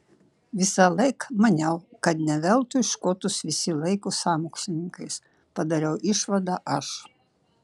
visąlaik maniau kad ne veltui škotus visi laiko sąmokslininkais padariau išvadą aš